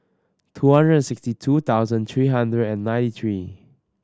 two hundred and sixty two thousand three hundred and ninety three